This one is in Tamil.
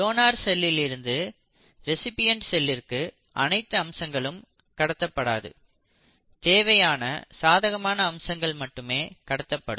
டோனர் செல்லில் இருந்து ரேசிபியண்ட் செல்லிற்கு அனைத்து அம்சங்களும் கடத்தப்படாது தேவையான சாதகமான அம்சங்கள் மட்டுமே கடத்தப்படும்